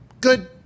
good